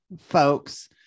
folks